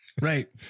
Right